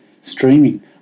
streaming